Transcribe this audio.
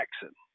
Jackson